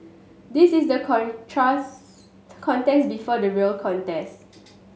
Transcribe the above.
this is the contest before the real contest